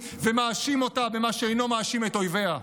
ומאשים אותה במה שאינו מאשים את אויביה.